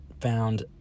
found